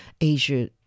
Asia